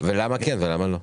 ולמה כן ולמה לא.